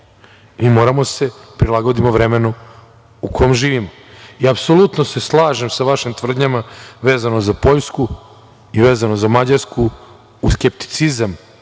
i moramo da se prilagodimo vremenu u kom živimo. Apsolutno se slažem sa vašim tvrdnjama vezano za Poljsku i vezano za Mađarsku, skepticizam,